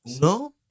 No